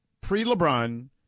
pre-LeBron